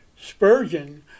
Spurgeon